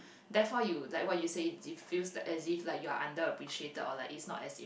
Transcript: therefore you like what you say it feels as if like you're under appreciated or like it's not as im~